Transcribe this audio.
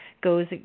goes